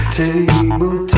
table